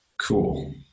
Cool